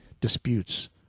disputes